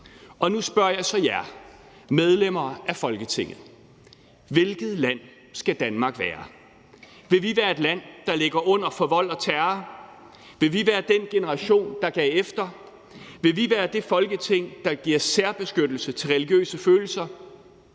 Nu spørger jeg så jer, medlemmer af Folketinget: Hvilket land skal Danmark være? Vil vi være et land, der ligger under for vold og terror? Vil vi være den generation, der gav efter? Vil vi være det Folketing, der giver særbeskyttelse til religiøse følelser?